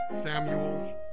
Samuels